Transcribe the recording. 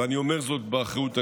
ואני אומר זאת באחריות הנדרשת.